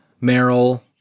Merrill